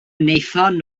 wnaethon